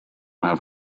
have